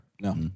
No